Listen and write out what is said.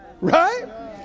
Right